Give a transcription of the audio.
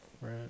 Right